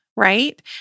Right